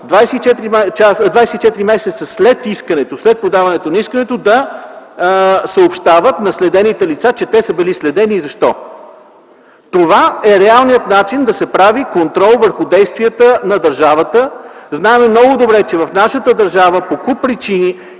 24 месеца след подаването на искането да съобщават на следените лица, че те са били следени и защо. Това е реалният начин да се прави контрол върху действията на държавата. Знаем много добре, че в нашата държава по куп причини